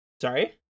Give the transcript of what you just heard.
Sorry